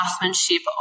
craftsmanship